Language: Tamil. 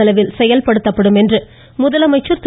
செலவில் செயல்படுத்தப்படும் என்று முதலமைச்சர் திரு